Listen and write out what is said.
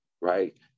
right